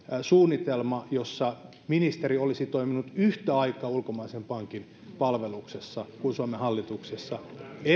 suunnitelma jossa ministeri olisi toiminut yhtä aikaa ulkomaisen pankin palveluksessa ja suomen hallituksessa